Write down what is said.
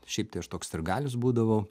šiaip tai aš toks sirgalius būdavau